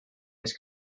his